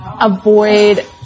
avoid